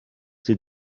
they